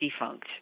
defunct